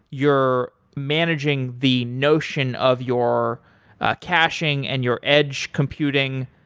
you're managing the notion of your caching and your edge computing.